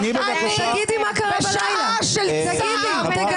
שעה של צער.